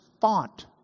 font